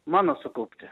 mano sukaupti